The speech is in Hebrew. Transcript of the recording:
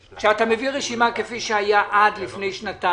כשאתה מביא רשימה שמית של אנשים כפי שהיה עד לפני שנתיים,